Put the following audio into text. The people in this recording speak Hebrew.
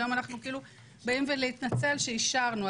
היום אנחנו באים להתנצל שאישרנו.